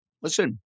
listen